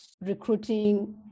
recruiting